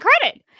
credit